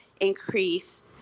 increase